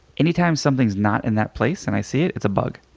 anytime something's not in that place and i see it, it's a bug.